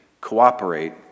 Cooperate